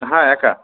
হ্যাঁ একা